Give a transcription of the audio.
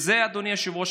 אדוני היושב-ראש,